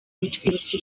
bitwibutsa